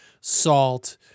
salt